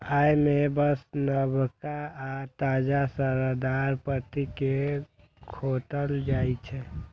अय मे बस नवका आ ताजा रसदार पत्ती कें खोंटल जाइ छै